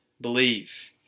believe